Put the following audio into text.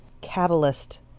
catalyst